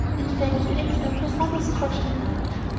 in fact, her accent was rather scotch than irish.